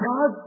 God